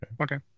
Okay